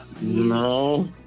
no